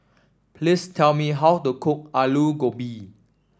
please tell me how to cook Alu Gobi